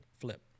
Flip